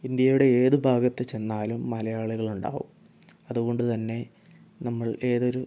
ഇന്ത്യയുടെ ഏത് ഭാഗത്ത് ചെന്നാലും മലയാളികളുണ്ടാവും അതുകൊണ്ട്തന്നെ നമ്മൾ ഏതൊരു